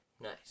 nice